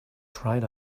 cried